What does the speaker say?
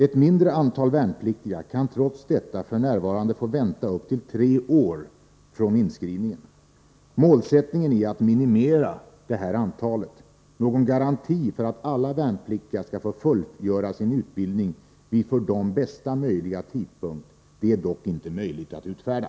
Ett mindre antal värnpliktiga kan trots detta f. n. få vänta upp till tre år från inskrivningen. Målsättningen är att minimera detta antal. Någon garanti för att alla värnpliktiga skall få fullgöra sin utbildning vid för dem bästa möjliga tidpunkt är dock inte möjlig att utfärda.